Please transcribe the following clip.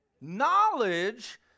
Knowledge